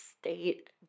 state